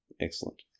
excellent